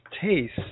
taste